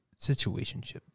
situationship